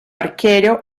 arquero